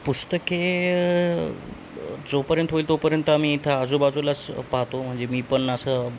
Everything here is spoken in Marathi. पुस्तके जोपर्यंत होईल तोपर्यंत आम्ही इथं आजूबाजूलाच पाहातो म्हणजे मी पण असं